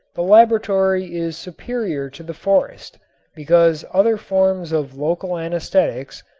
the laboratory is superior to the forest because other forms of local anesthetics,